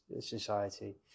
society